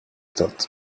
thoughts